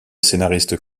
scénariste